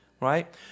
right